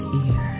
ear